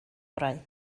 orau